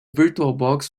virtualbox